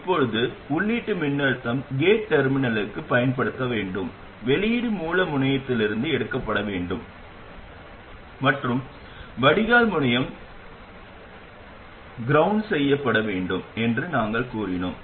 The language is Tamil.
இப்போது உள்ளீட்டு மின்னழுத்தம் கேட் டெர்மினலுக்குப் பயன்படுத்தப்பட வேண்டும் வெளியீடு மூல முனையத்திலிருந்து எடுக்கப்பட வேண்டும் மற்றும் வடிகால் முனையம் தரையிறக்கப்பட வேண்டும் என்று நாங்கள் கூறினோம்